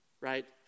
Right